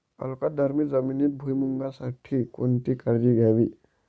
अल्कधर्मी जमिनीत भुईमूगासाठी कोणती काळजी घ्यावी?